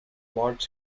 large